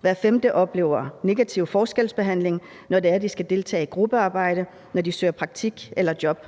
Hver femte oplever negativ forskelsbehandling, når de skal deltage i gruppearbejde, og når de søger praktik eller job.